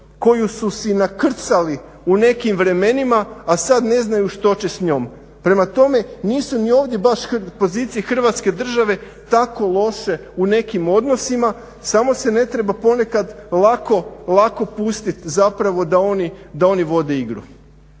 koju su se nakrcali u nekim vremenima, a sada ne znaju što će s njom. Prema tome nisu ni ovdje baš pozicije Hrvatske države tako loše u nekim odnosima samo se ne treba ponekad lako pustiti zapravo da oni vode igru.